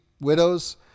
widows